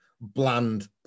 bland